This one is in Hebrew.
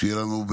שיהיה לנו,